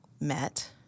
met